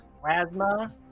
plasma